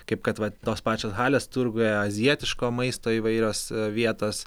kaip kad tos pačios halės turguje azijietiško maisto įvairios vietos